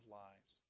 lives